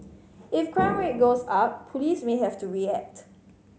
if crime rate goes up police may have to react